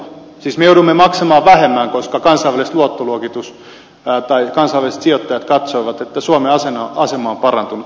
siis me joudumme maksamaan vähemmän koska kansainväliset sijoittajat katsoivat että suomen asema on parantunut